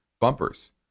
bumpers